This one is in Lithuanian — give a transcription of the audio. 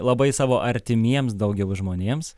labai savo artimiems daugiau žmonėms